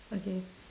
okay